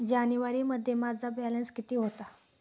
जानेवारीमध्ये माझा बॅलन्स किती होता?